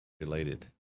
related